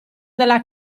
della